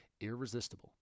Irresistible